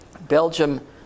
Belgium